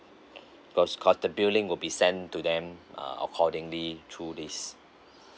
cause the billing will be sent to them accordingly through this